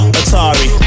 atari